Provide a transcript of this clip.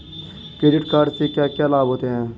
Credit card से क्या क्या लाभ होता है?